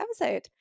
episode